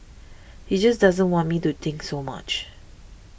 he just doesn't want me to think so much